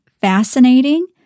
fascinating